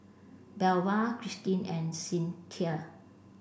Belva Christene and Cinthia